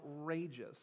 Outrageous